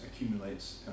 accumulates